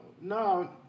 No